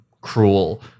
cruel